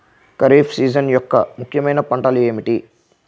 Kharif season యెక్క ముఖ్యమైన పంటలు ఏమిటీ?